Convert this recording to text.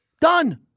Done